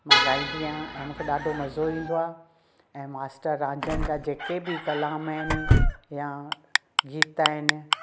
मां ॻाईंदी आहियां ऐं मूंखे ॾाढो मज़ो ईंदो आहे ऐं मास्टर राजन जा जेके बि क़लाम आहिनि या गीत आहिनि